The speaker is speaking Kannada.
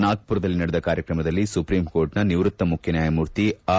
ನಾಗ್ಪುರದಲ್ಲಿ ನಡೆದ ಕಾರ್ಯಕ್ರಮದಲ್ಲಿ ಸುಪ್ರೀಂಕೋರ್ಟ್ನ ನಿವೃತ್ತ ಮುಖ್ಯ ನ್ಯಾಯಮೂರ್ತಿ ಆರ್